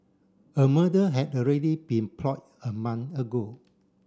a murder had already been plot a month ago